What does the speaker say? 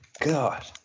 God